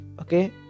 Okay